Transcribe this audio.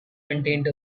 contained